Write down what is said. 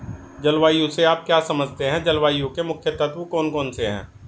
जलवायु से आप क्या समझते हैं जलवायु के मुख्य तत्व कौन कौन से हैं?